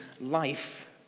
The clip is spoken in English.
life